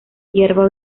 hierba